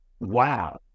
Wow